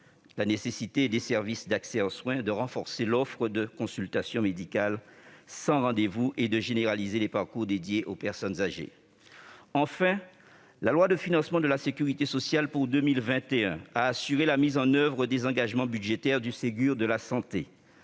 la nécessité des services d'accès aux soins, de renforcer l'offre de consultations médicales sans rendez-vous, et de généraliser les parcours dédiés aux personnes âgées. Enfin, la loi de financement de la sécurité sociale pour 2021 a assuré la mise en oeuvre des engagements budgétaires du Ségur de la santé.